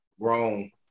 grown